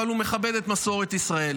אבל הוא מכבד את מסורת ישראל,